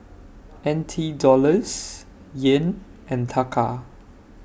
N T Dollars Yen and Taka